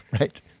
Right